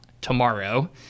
tomorrow